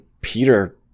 Peter